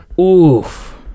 Oof